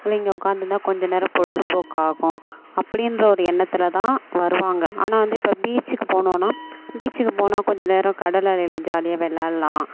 பிள்ளைங்க உட்காந்துருந்தா கொஞ்ச நேரம் பொழுதுபோக்காகும் அப்படின்ற ஒரு எண்ணத்தில்தான் வருவாங்க ஆனால் வந்து இப்போ பீச்சுக்கு போனோன்னால் பீச்சுக்கு போனால் கொஞ்ச நேரம் கடலலையில் ஜாலியாக வெளாடலாம்